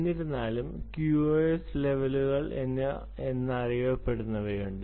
എന്നിരുന്നാലും QoS ലെവലുകൾ എന്നറിയപ്പെടുന്നവയുണ്ട്